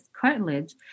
cartilage